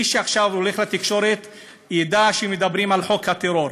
מי שעכשיו הולך לתקשורת ידע שמדברים על חוק הטרור,